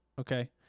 okay